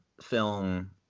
film